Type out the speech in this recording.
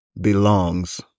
belongs